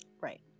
Right